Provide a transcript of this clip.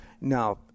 Now